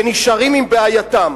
ונשארים עם בעייתם.